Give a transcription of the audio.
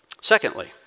secondly